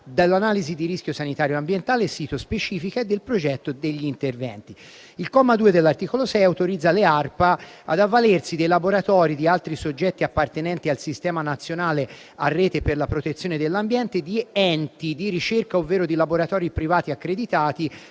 dell'analisi di rischio sanitario ambientale sito-specifica del progetto degli interventi. Il comma 2 dell'articolo 6 autorizza le Aziende regionali di protezione ambientale (ARPA) ad avvalersi dei laboratori di altri soggetti appartenenti al Sistema nazionale a rete per la protezione dell'ambiente, di enti di ricerca ovvero di laboratori privati accreditati,